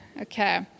Okay